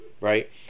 right